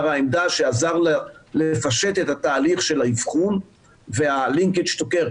העמדה שעזר לפשט את התהליך של האבחון וה-linkage to care,